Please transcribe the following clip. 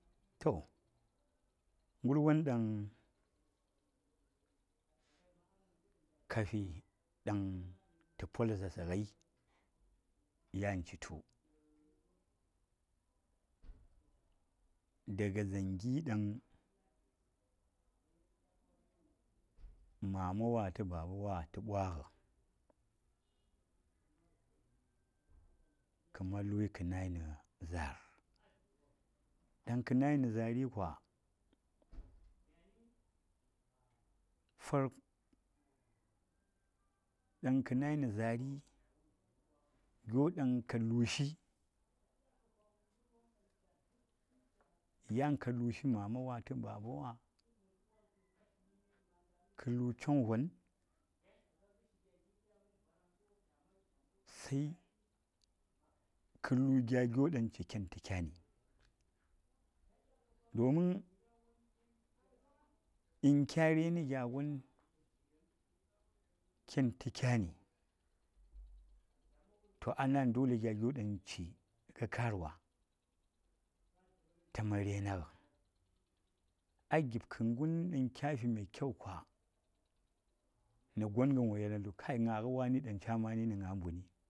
﻿Toh garwon dang kafi dang ta pol zaarsa ngai yan citu, daga dzang gyi dang mama wa ta baba wa tə ɓwaga, ka man luyi ka nayi na zaar, dang ka nayi na zaar, kuwa dang ka nayi na zaari gyodang ka lushi, yan ka lushi mama wa ta babawa ka lu chong-von, sai ka lu gya gyodang ci ken ta kyani, domin in kya raina gya gon kenta kyani to a dole gyo dang ci ka kaar wa tamari nag ai gifkgen kyafi mai yau kuwa na gonga wo yel tu kai gna nga wanin dan ca mani na gna mbuni.